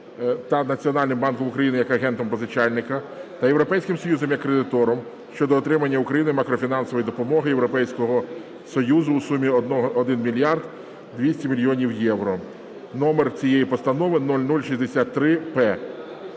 та Національним банком України як Агентом Позичальника та Європейським союзом як Кредитором (щодо отримання Україною макрофінансової допомоги Європейського Союзу у сумі 1 мільярд 200 мільйонів євро)", номер цієї постанови 0063-П.